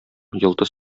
йолдыз